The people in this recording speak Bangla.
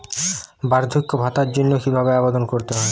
বার্ধক্য ভাতার জন্য কিভাবে আবেদন করতে হয়?